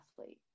athlete